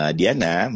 Diana